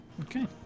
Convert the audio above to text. Okay